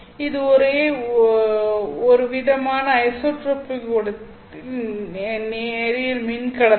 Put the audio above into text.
இது ஒரு ஒரே விதமான ஐசோட்ரோபிக் ஊடகத்தின் நேரியல் மின்கடத்தா